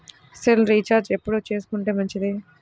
Cell recharge ఎప్పుడు చేసుకొంటే మంచిది?